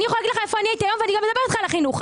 אדבר אתך גם על החינוך.